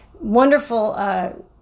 wonderful